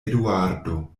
eduardo